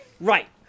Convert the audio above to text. Right